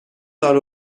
دار